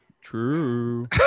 true